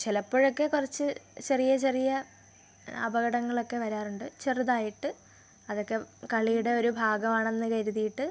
ചിലപ്പോഴൊക്കെ കുറച്ച് ചെറിയ ചെറിയ അപകടങ്ങളൊക്കെ വരാറുണ്ട് ചെറുതായിട്ട് അതൊക്കെ കളിയുടെ ഒരു ഭാഗമാണെന്ന് കരുതിയിട്ട്